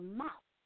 mouth